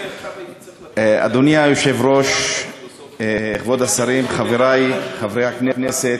אדוני היושב-ראש, כבוד השרים, חברי חברי הכנסת,